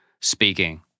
speaking